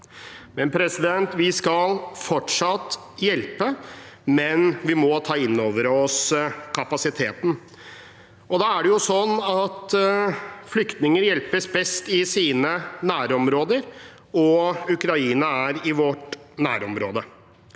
Danmark. Vi skal fortsatt hjelpe, men vi må ta inn over oss kapasiteten. Det er sånn at flyktninger hjelpes best i sine nærområder, og Ukraina er i vårt nærområde.